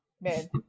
man